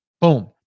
Boom